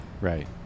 right